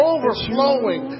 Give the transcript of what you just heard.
Overflowing